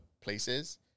places